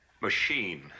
machine